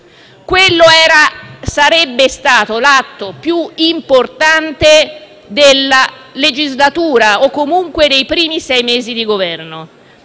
Quello che sarebbe dovuto essere l'atto più importante della legislatura o comunque dei primi sei mesi di Governo,